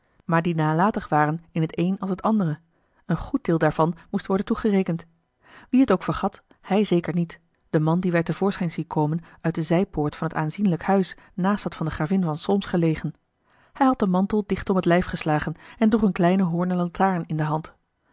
maar die nalatig waren in t eene als t andere een goed deel daarvan moest worden toegerekend wie het ook vergat hij zeker niet de man dien wij te voorschijn zien komen uit de zijpoort van het aanzienlijk huis naast dat van de gravin van solins gelegen hij had den mantel dicht om het lijf geslagen en droeg eene kleine hoornen lantaren in de hand